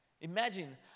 Imagine